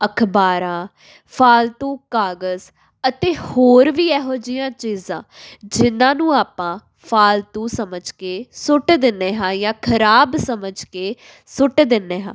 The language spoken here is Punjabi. ਅਖ਼ਬਾਰਾਂ ਫਾਲਤੂ ਕਾਗਜ਼ ਅਤੇ ਹੋਰ ਵੀ ਇਹੋ ਜਿਹੀਆਂ ਚੀਜ਼ਾਂ ਜਿਹਨਾਂ ਨੂੰ ਆਪਾਂ ਫਾਲਤੂ ਸਮਝ ਕੇ ਸੁੱਟ ਦਿੰਦੇ ਹਾਂ ਜਾਂ ਖ਼ਰਾਬ ਸਮਝ ਕੇ ਸੁੱਟ ਦਿੰਦੇ ਹਾਂ